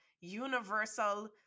universal